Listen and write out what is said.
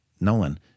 Nolan